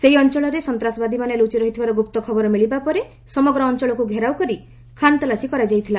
ସେହି ଅଞ୍ଚଳରେ ସନ୍ତାସବାଦୀମାନେ ଲୁଚି ରହିଥିବା ଗୁପ୍ତ ଖବର ମିଳିବା ପରେ ସମଗ୍ର ଅଞ୍ଚଳକୁ ଘେରାଉ କରି ଖାନ୍ତଲାସୀ କରାଯାଇଥିଲା